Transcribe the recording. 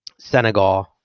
Senegal